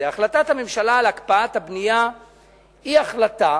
החלטת הממשלה על הקפאת הבנייה היא החלטה